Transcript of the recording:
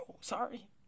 Sorry